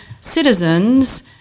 citizens